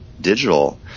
digital